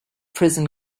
prison